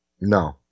No